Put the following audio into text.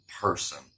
person